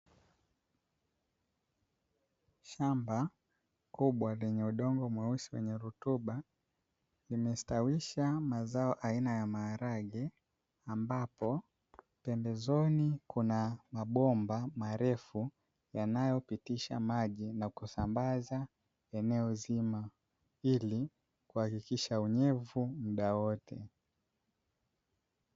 Shamba kubwa lenye udongo mweusi wenye rutuba, limesitawisha mazao aina ya maharage, ambapo pembezoni kuna mabomba marefu yanayopitisha maji na kusambaza eneo zima, ili kuhakikisha unyevu muda wote.